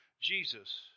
Jesus